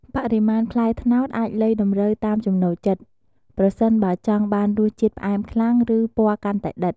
បរិមាណផ្លែត្នោតអាចលៃតម្រូវតាមចំណូលចិត្ត ប្រសិនបើចង់បានរសជាតិផ្អែមខ្លាំង ឬពណ៌កាន់តែដិត។